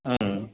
ம்